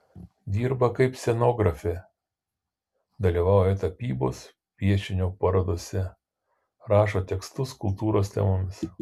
dirba kaip scenografė dalyvauja tapybos piešinio parodose rašo tekstus kultūros temomis